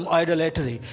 idolatry